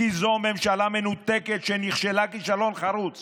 זו ממשלה מנותקת שנכשלה כישלון חרוץ